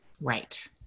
Right